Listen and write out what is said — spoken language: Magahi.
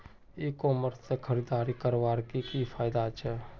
ई कॉमर्स से खरीदारी करवार की की फायदा छे?